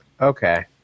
Okay